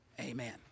amen